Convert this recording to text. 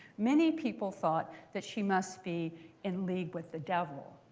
many people thought that she must be in league with the devil.